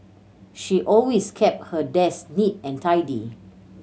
she always keep her desk neat and tidy